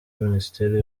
minisiteri